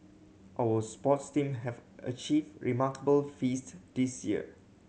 our sports team have achieved remarkable feast this year